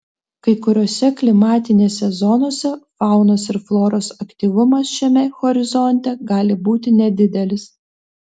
kai kuriose klimatinėse zonose faunos ir floros aktyvumas šiame horizonte gali būti nedidelis